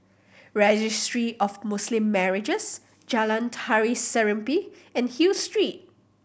Registry of Muslim Marriages Jalan Tari Serimpi and Hill Street